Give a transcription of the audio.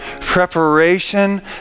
preparation